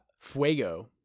Fuego